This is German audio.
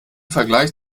vergleich